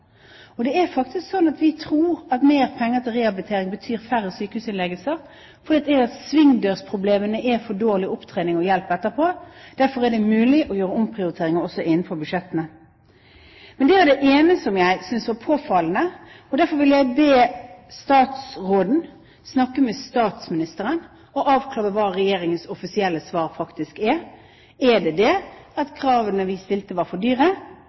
Det er faktisk slik at vi tror at mer penger til rehabilitering betyr færre sykehusinnleggelser, fordi svingdørsproblemene er for dårlig opptrening og hjelp etterpå. Derfor er det mulig å gjøre omprioriteringer også innenfor budsjettene. Det er det ene jeg synes er påfallende. Derfor vil jeg be statsråden snakke med statsministeren og avklare hva Regjeringens offisielle svar faktisk er: Er det det at kravene vi stilte, var for dyre?